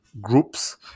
groups